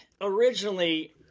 originally